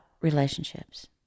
relationships